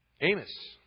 Amos